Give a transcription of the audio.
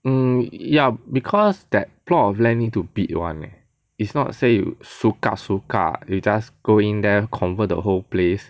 mm ya because that plot of land need to bid [one] leh it's not say you suka suka you just go in there convert the whole place